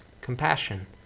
compassion